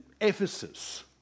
Ephesus